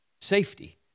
safety